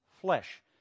flesh